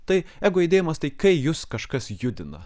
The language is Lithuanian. tai ego judėjimas tai kai jus kažkas judina